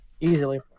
easily